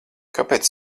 kāpēc